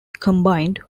combined